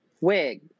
Wig